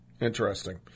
Interesting